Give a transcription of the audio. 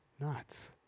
nuts